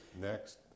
next